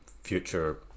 future